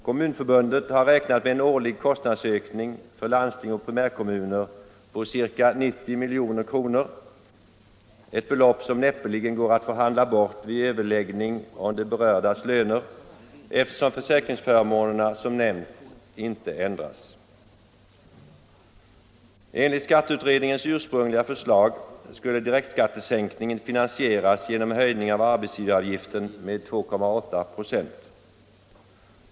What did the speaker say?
Kommunförbundet har räknat med en årlig kostnadsökning för landsting och primärkommuner på ca 90 miljoner, ett belopp som näppeligen går att förhandla bort vid överläggning om de berördas löner, eftersom försäkringsförmånerna som nämnts inte ändras. Enligt skatteutredningens ursprungliga förslag skulle direktskattesänkningen finansieras genom en höjning av arbetsgivaravgiften med 2,8 96.